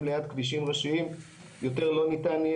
ליד כבישים ראשיים יותר לא ניתן יהיה.